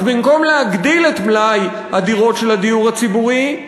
אז במקום להגדיל את מלאי הדירות של הדיור הציבורי,